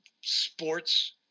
sports